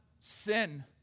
sin